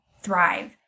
thrive